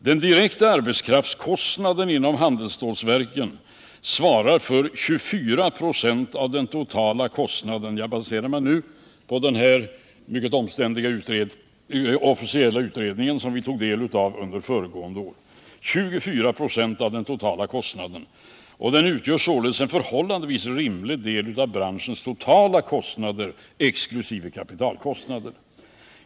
Den direkta arbetskraftskostnaden inom handelsstålverken svarar för 24 26 av den totala kostnaden — jag baserar mig nu på den mycket officiella utredning som vi tog del av under föregående år — och utgör således en förhållandevis rimlig del av branschens totala kostnader, exklusive kapitalkostnader.